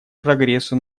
прогрессу